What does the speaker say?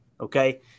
okay